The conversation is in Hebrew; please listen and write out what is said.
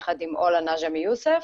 יחד עם עולא נג'מי יוסף.